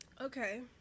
Okay